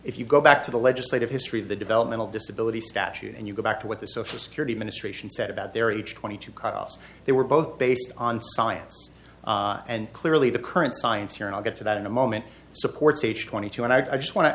if you go back to the legislative history of the developmental disability statute and you go back to what the social security administration said about their age twenty two cutoffs they were both based on science and clearly the current science here i'll get to that in a moment supports h twenty two and i just want to